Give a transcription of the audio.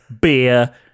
beer